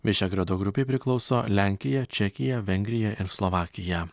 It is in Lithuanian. višegrado grupei priklauso lenkija čekija vengrija ir slovakija